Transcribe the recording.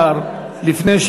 מה שאמרת, לפרוטוקול.